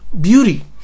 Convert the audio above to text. beauty